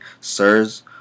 Sirs